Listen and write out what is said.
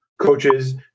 coaches